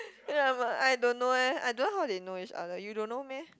ya but I don't know eh I don't know how they know each other you don't know meh